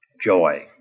joy